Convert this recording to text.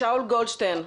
שאול גולדשטיין,